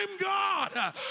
God